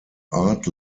art